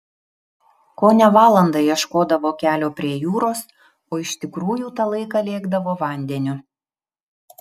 kone valandą ieškodavo kelio prie jūros o iš tikrųjų tą laiką lėkdavo vandeniu